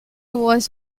was